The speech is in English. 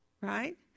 Right